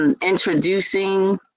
introducing